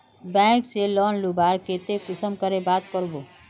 Bank से loan लुबार केते कुंसम करे बात करबो?